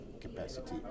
capacity